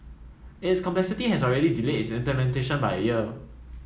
its complexity has already delayed its implementation by a year